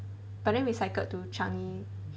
but then we cycled to changi